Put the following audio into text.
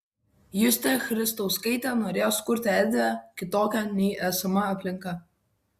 justė christauskaitė norėjo sukurti erdvę kitokią nei esama aplinka